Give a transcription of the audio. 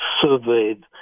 surveyed